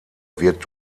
wird